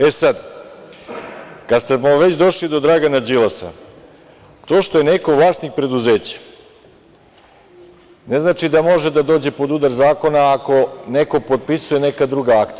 E sad, kad smo već došli do Dragana Đilasa, to što je neko vlasnik preduzeća ne znači da može da dođe pod udar zakona ako neko potpisuje neka druga akta.